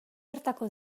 hartako